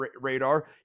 radar